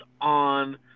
on